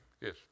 Yes